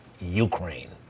Ukraine